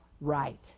right